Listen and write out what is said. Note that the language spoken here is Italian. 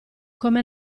come